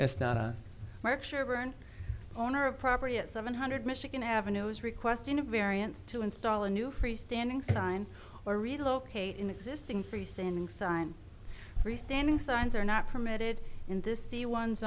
sherburne owner of property at seven hundred michigan avenue is requesting a variance to install a new freestanding sign or relocate an existing freestanding sign free standing signs are not permitted in this the one